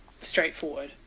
straightforward